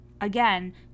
again